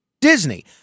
Disney